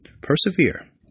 persevere